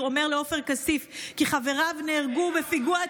אומר לעופר כסיף כי חבריו נהרגו בפיגוע טרור.